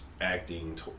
acting